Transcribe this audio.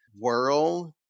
world